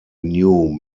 new